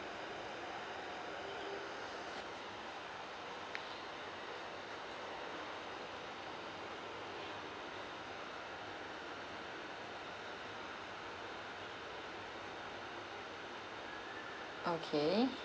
okay